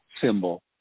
symbol